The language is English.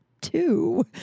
two